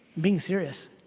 being serious.